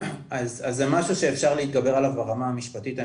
אז זה משהו שאפשר להתגבר עליו ברמה המשפטית,